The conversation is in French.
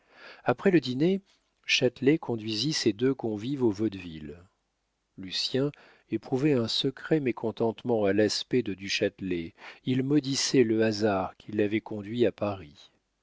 après le dîner châtelet conduisit ses deux convives au vaudeville lucien éprouvait un secret mécontentement à l'aspect de du châtelet il maudissait le hasard qui l'avait conduit à paris